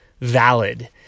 valid